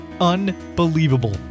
Unbelievable